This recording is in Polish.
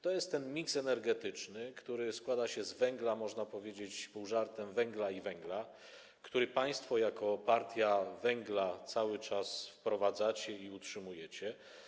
To jest ten miks energetyczny, który składa się z węgla, można powiedzieć półżartem: węgla i węgla, który państwo jako partia węgla cały czas wprowadzacie i utrzymujecie.